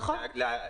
זה מה שקורה.